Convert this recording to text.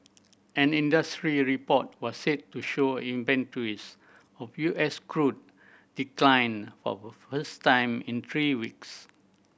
an industry report was said to show inventories of U S crude declined for first time in three weeks